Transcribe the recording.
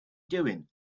doing